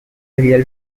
real